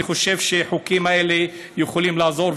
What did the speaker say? אני חושב שהחוקים האלה יכולים לעזור,